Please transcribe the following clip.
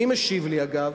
מי משיב לי, אגב?